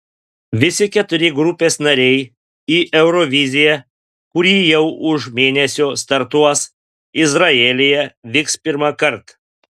visi keturi grupės nariai į euroviziją kuri jau už mėnesio startuos izraelyje vyks pirmąkart